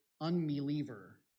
unbeliever